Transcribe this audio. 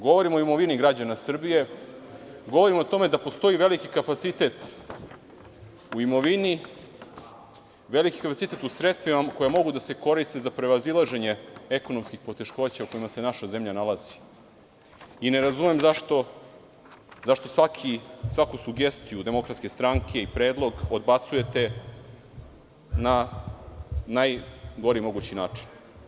Govorimo o imovini građana Srbije, govorimo o tome da postoji veliki kapacitet u imovini, veliki kapacitet u sredstvima koja mogu da se koriste za prevazilaženje ekonomskih poteškoća u kojima se naša zemlja nalazi i ne razumem zašto svaku sugestiju DS i predlog odbacujete na najgori mogući način?